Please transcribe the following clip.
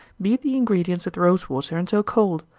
beat the ingredients with rosewater until cold.